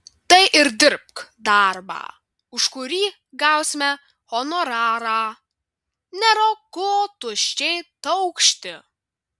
tai ir dirbk darbą už kurį gausime honorarą nėra ko tuščiai taukšti